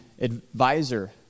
advisor